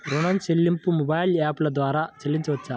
ఋణం చెల్లింపు మొబైల్ యాప్ల ద్వార చేయవచ్చా?